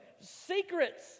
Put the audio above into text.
secrets